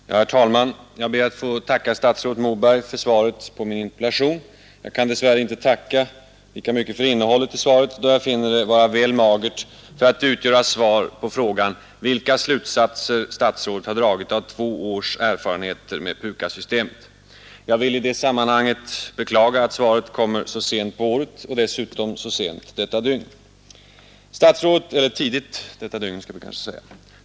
Herr talman! Jag ber att få tacka statsrådet Moberg för svaret på min interpellation. Jag kan dess värre inte tacka lika mycket för innehållet i svaret, då jag finner det vara väl magert för att utgöra svar på frågan vilka slutsatser statsrådet har dragit av två års erfarenheter med PUKAS systemet. Jag vill i det sammanhanget beklaga att svaret kommer så sent på året och dessutom så tidigt på detta nya dygn.